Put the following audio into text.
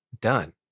done